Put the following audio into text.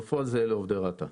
בפועל זה לעובדי רת"א.